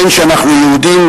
בין שאנחנו יהודים,